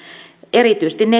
erityisesti ne